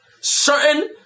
certain